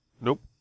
Nope